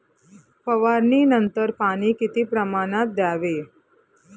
फवारणीनंतर पाणी किती प्रमाणात द्यावे?